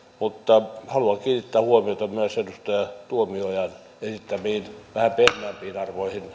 mutta haluan kiinnittää huomiota myös edustaja tuomiojan esittämiin vähän pehmeämpiin arvoihin